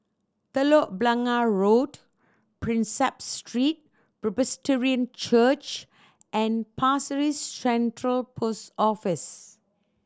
Telok Blangah Road Prinsep Street Presbyterian Church and Pasir Ris Central Post Office